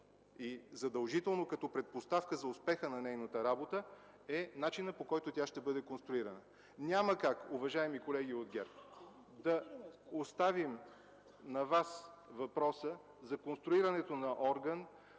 и задължително като предпоставка за успеха на нейната работа е начинът, по който тя ще бъде конструирана. Уважаеми колеги от ГЕРБ, няма как да оставим на Вас въпроса за конструирането на орган,